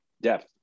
depth